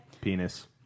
Penis